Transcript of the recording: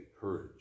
courage